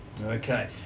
Okay